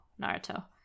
Naruto